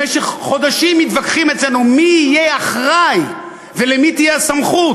במשך חודשים מתווכחים אצלנו מי יהיה אחראי ולמי תהיה הסמכות,